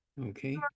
okay